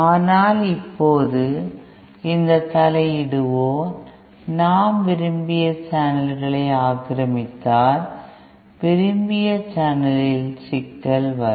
ஆனால் இப்போது இந்த தலையிடுவோர் நாம் விரும்பிய சேனல்களை ஆக்கிரமித்தால் விரும்பிய சேனலில் சிக்கல் வரும்